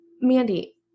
Mandy